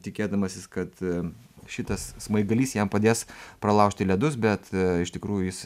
tikėdamasis kad šitas smaigalys jam padės pralaužti ledus bet iš tikrųjų jis